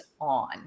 on